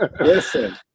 Listen